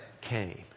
came